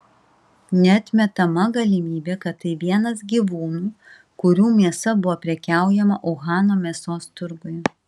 neatmetama galimybė kad tai vienas gyvūnų kurių mėsa buvo prekiaujama uhano mėsos turguje